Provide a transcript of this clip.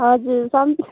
हजुर सम्झी